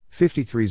53